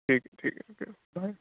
ٹھیک ٹھیک ہے اوکے بائے